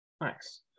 Nice